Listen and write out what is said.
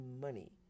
money